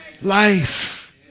Life